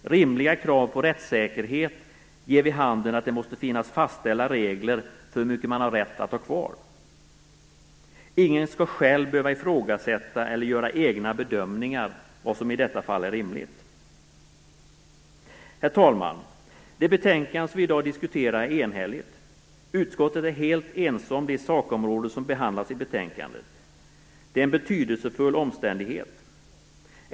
Rimliga krav på rättssäkerhet ger vid handen att det måste finnas fastställda regler för hur mycket man har rätt att ha kvar. Ingen skall själv behöva ifrågasätta eller göra egna bedömningar av vad som i detta fall är rimligt. Herr talman! Det betänkande som vi i dag diskuterar är enhälligt. Utskottet är helt ense om det sakområde som behandlas i betänkandet. Det är en betydelsefull omständighet.